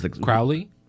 Crowley